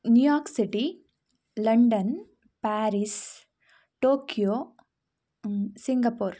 New York city London Paris Tokyo Singapore